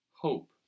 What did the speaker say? hope